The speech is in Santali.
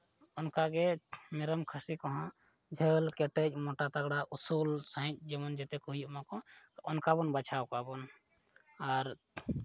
ᱚᱱᱠᱟᱜᱮ ᱢᱮᱨᱚᱢ ᱠᱷᱟᱹᱥᱤ ᱠᱚᱦᱚᱸ ᱡᱷᱟᱹᱞ ᱠᱮᱴᱮᱡ ᱢᱚᱴᱟ ᱛᱟᱜᱽᱲᱟ ᱩᱥᱩᱞ ᱥᱟᱹᱦᱤᱡ ᱡᱮᱢᱚᱱ ᱡᱟᱛᱮ ᱠᱚ ᱦᱩᱭᱩᱜ ᱢᱟᱠᱚ ᱚᱱᱠᱟ ᱠᱚ ᱵᱟᱪᱷᱟᱣ ᱠᱚᱣᱟ ᱵᱚᱱ ᱟᱨ